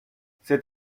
cet